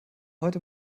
heute